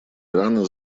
ирана